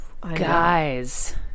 Guys